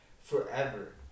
forever